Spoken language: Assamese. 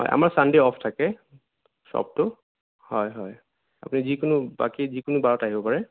হয় আমাৰ চানডে' অফ থাকে শ্বপটো হয় হয় আপুনি যিকোনো বাকী যিকোনো বাৰত আহিব পাৰে